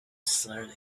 slowly